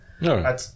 No